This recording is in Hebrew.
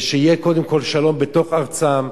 ושיהיה קודם כול שלום בתוך ארצם,